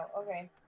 okay